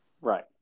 Right